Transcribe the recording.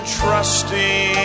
trusting